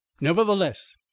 Nevertheless